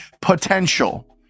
potential